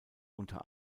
unter